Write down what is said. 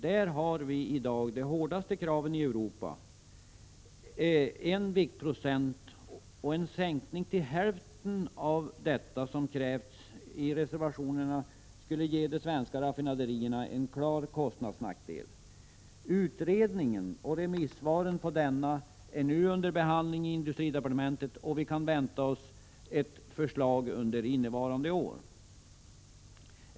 Där har vi i dag de hårdaste kraven i Europa - 1,0 viktprocent — och en sänkning till hälften av detta, som krävts i reservationerna, skulle ge de svenska raffinaderierna en klar kostnadsnackdel. Utredningen och remissvaren på denna är nu under behandling i industridepartementet, och vi kan vänta oss ett förslag under innevarande år.